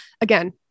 again